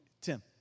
Tim